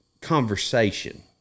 conversation